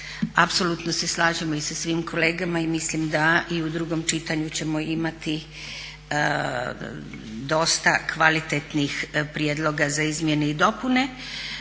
apsolutno se slažemo i sa svim kolegama i mislim da i u drugom čitanju ćemo imati dosta kvalitetnih prijedloga za izmjene i dopune.